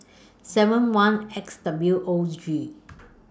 seven one X W Os G